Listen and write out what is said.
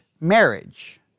marriage